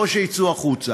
או שיצאו החוצה.